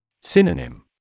Synonym